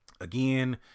again